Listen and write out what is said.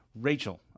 Rachel